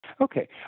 Okay